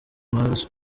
maraso